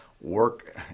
work